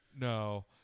No